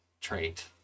trait